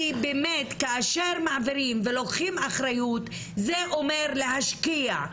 כי באמת כאשר מעבירים ולוקחים אחריות זה אומר להשקיע,